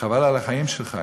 חבל על החיים שלך,